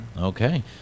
Okay